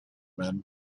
men